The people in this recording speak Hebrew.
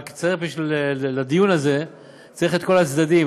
רק לדיון הזה צריך את כל הצדדים.